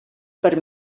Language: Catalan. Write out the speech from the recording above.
per